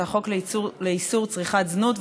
החוק לאיסור צריכת זנות,